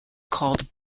called